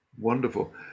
wonderful